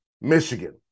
Michigan